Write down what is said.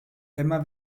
emma